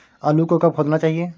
आलू को कब खोदना चाहिए?